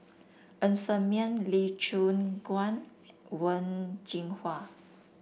Ng Ser Miang Lee Choon Guan Wen Jinhua